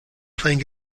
playing